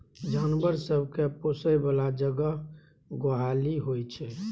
जानबर सब केँ पोसय बला जगह गोहाली होइ छै